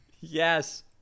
Yes